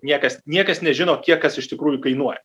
niekas niekas nežino kiek kas iš tikrųjų kainuoja